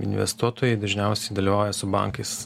investuotojai dažniausiai dėlioja su bankais